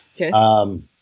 Okay